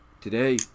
today